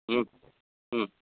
ह्म् ह्म्